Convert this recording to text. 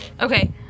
Okay